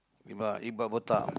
Iqbal Iqbal botak